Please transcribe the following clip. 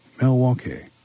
Milwaukee